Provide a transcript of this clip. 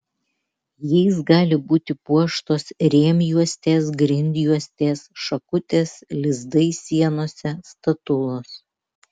jais gali būti puoštos rėmjuostės grindjuostės šakutės lizdai sienose statulos